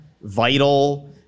vital